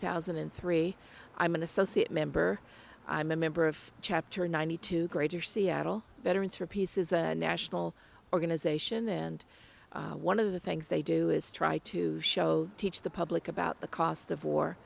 thousand and three i'm an associate member i'm a member of chapter ninety two greater seattle veterans for peace is a national organization and one of the things they do is try to show teach the public about the cost of war